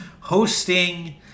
hosting